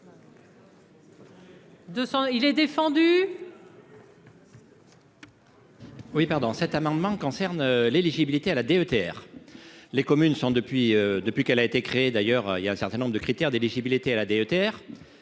il est défendu. Oui, pardon, cet amendement concerne l'éligibilité à la DETR, les communes sont, depuis, depuis qu'elle a été créée d'ailleurs, il y a un certain nombre de critères d'éligibilité à la DETR